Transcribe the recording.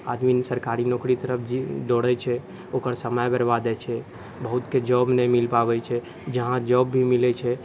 आदमी सरकारी नौकरीके तरफ दौड़ै छै ओकर समय बरबाद होइ छै बहुतके जॉब नहि मिल पाबै छै जहाँ जॉब भी मिलै छै